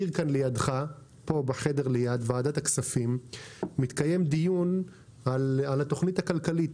פה בחדר ליד בוועדת הכספים מתקיים דיון על התוכנית הכלכלית,